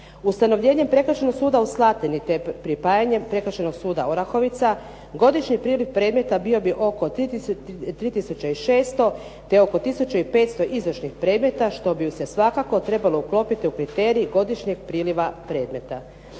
Ustanovljenje Prekršajnog suda u Slatini, te pripajanjem Prekršajnog suda Orahovica godišnji priliv predmeta bio bi oko 3600, te oko 1500 izašlih predmeta što bi se svakako trebalo uklopiti u kriterij godišnjeg priliva predmeta.